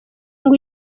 ngo